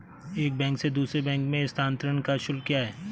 एक बैंक से दूसरे बैंक में स्थानांतरण का शुल्क क्या है?